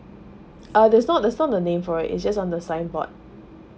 uh that's not that's not the name for it is just on the signboard